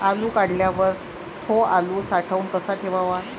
आलू काढल्यावर थो आलू साठवून कसा ठेवाव?